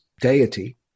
deity